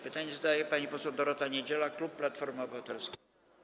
Pytanie zadaje pani poseł Dorota Niedziela, klub Platforma Obywatelska.